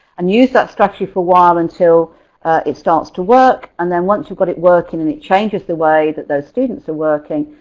and use that structure for a while until it starts to work and then once you've got it working and it changes the way that those students are working,